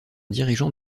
dirigeant